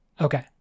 Okay